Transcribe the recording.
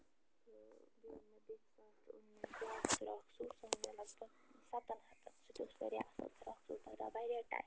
تہٕ بیٚیہِ اوٚن مےٚ بیٚیہِ کہِ ساتہٕ اوٚن مےٚ بیٛاکھ فِراک سوٗٹ سُہ آو مےٚ لگ بگ سَتن ہتن سُہ تہِ اوس واریاہ اصٕل فِراک سوٗٹ تَتھ درٛاو وارِیاہ ٹایِم